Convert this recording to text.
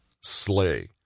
Slay